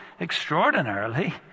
extraordinarily